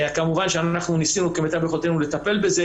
כמובן שניסינו בכל יכולותינו לטפל בזה,